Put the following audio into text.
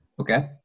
Okay